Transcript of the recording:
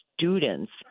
students